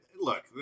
look